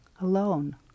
alone